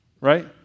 Right